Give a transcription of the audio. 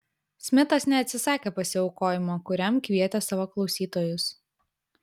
smitas neatsisakė pasiaukojimo kuriam kvietė savo klausytojus